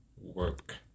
work